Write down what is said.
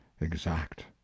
exact